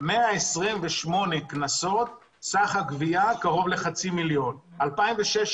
128 קנסות, סך הגבייה קרוב לחצי מיליון, 2016